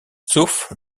sauf